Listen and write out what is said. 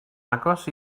agos